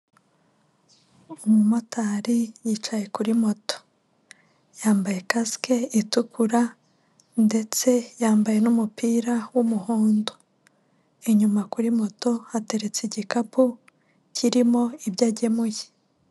Umumotari yicaye kuri moto yambaye kasike itukura ndetse yambaye n'umupira w'umuhondo,, inyuma kuri moto hateretse igikapu kirimo ibyo agemuye.